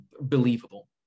believable